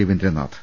രവീ ന്ദ്രനാഥ്